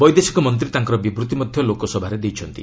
ବୈଦେଶିକ ମନ୍ତ୍ରୀ ତାଙ୍କର ବିବୃତ୍ତି ମଧ୍ୟ ଲୋକସଭାରେ ଦେଇଛନ୍ତି